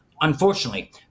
unfortunately